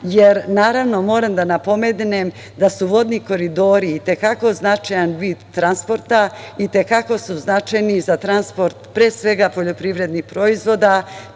jer moram da napomenem, da su vodni koridori i te kako značajan vid transporta, i te kako su značajni za transport pre svega poljoprivrednih proizvoda,